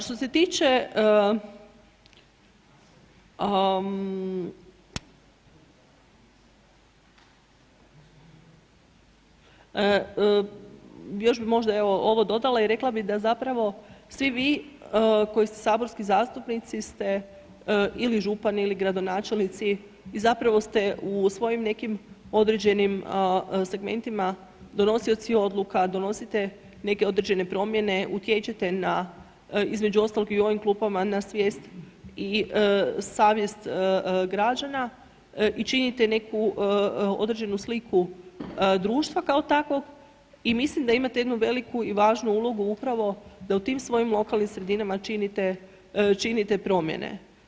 Što se tiče, još bi možda evo ovo dodala i rekla bi da zapravo svi vi koji ste saborski zastupnici ste ili župani ili gradonačelnici i zapravo ste u svojim nekim određenim segmentima donosioci odluka, donosite neke određene promjene, utječete na, između ostalog i u ovim klupama na svijest i savjest građana i činite neku određenu sliku društva kao takvog i mislim da imate jednu veliku i važnu ulogu upravo da u tim svojim lokalnim sredinama činite promjene.